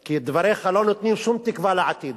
כי דבריך לא נותנים שום תקווה לעתיד,